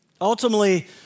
Ultimately